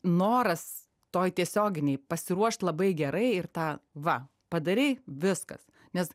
noras toj tiesioginėj pasiruošt labai gerai ir tą va padarei viskas nes